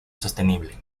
sostenible